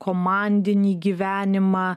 komandinį gyvenimą